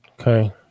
Okay